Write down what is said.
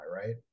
right